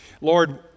Lord